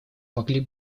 могли